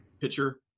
pitcher